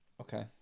Okay